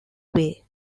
way